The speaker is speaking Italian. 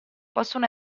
possono